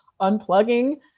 unplugging